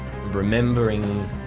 remembering